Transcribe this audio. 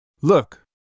Look